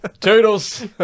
Toodles